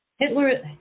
Hitler